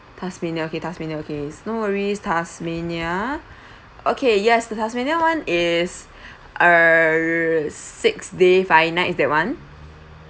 tasmania okay tasmania okay no worries tasmania okay yes the tasmania [one] is err six day five nights that [one]